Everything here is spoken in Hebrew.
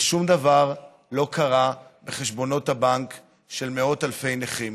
ושום דבר לא קרה בחשבונות הבנק של מאות אלפי נכים,